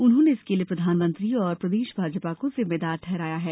उन्होंने इसके लिए प्रधानमंत्री और प्रदेश भाजपा को जिम्मेदार ठहराया है